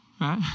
Right